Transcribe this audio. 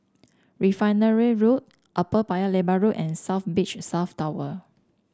Refinery Road Upper Paya Lebar Road and South Beach South Tower